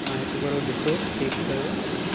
तव्हां हिकु भेरो ॾिसो चेक कयो